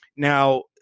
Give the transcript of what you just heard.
Now